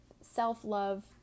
self-love